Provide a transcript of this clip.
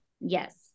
Yes